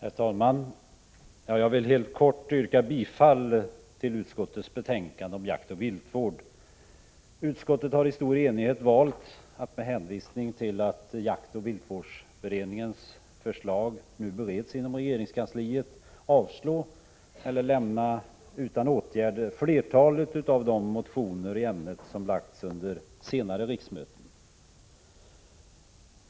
Herr talman! Jag vill helt kortfattat yrka bifall till hemställan i utskottets betänkande om jakt och viltvård. Med hänvisning till att jaktoch viltvårdsberedningens förslag nu bereds inom regeringskansliet har utskottet i stor enighet valt att lämna flertalet av de motioner som har väckts i ämnet under senare riksmöten utan åtgärd.